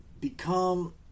become